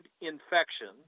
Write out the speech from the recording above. infection